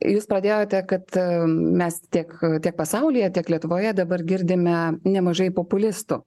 jūs pradėjote kad mes tiek tiek pasaulyje tiek lietuvoje dabar girdime nemažai populistų